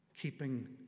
keeping